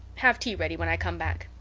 have tea ready when i come back.